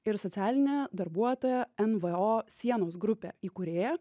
ir socialinė darbuotoja nvo sienos grupė įkūrėja